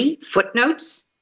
footnotes